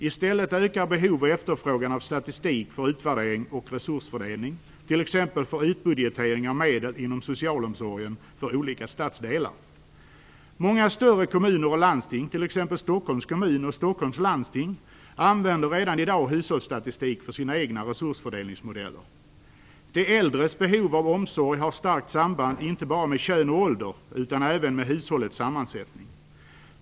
I stället ökar behov och efterfrågan av statistik för utvärdering och resursfördelning, t.ex. för utbudgetering av medel inom socialomsorgen för olika stadsdelar. Många större kommuner och landsting, t.ex. Stockholms kommun och Stockholms landsting, använder redan i dag hushållsstatistik för sina egna resursfördelningsmodeller. De äldres behov av omsorg har starkt samband inte bara med kön och ålder utan även med hushållets sammansättning.